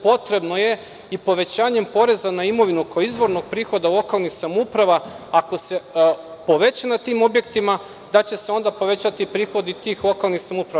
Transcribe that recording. Potrebno je i povećanjem poreza na imovinu kao izvornog prihoda lokalnih samouprava, ako se poveća na tim objektima da će se onda povećati prihodi tih lokalnih samouprava.